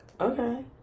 Okay